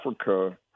Africa